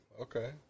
Okay